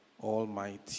almighty